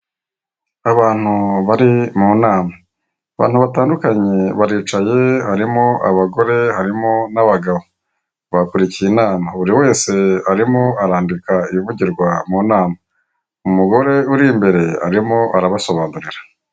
Abantu bari mu nama, abantu batandukanye baricaye harimo abagore harimo n'abagabo bakurikiye inama, buri wese arimo arandika ibivugirwa mu nama, umugore uri imbere arimo arabasobanurira.